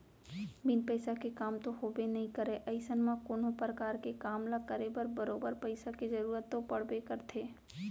बिन पइसा के काम तो होबे नइ करय अइसन म कोनो परकार के काम ल करे बर बरोबर पइसा के जरुरत तो पड़बे करथे